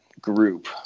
group